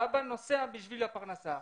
האבא נוסע בשביל הפרנסה,